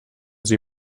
sie